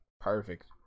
perfect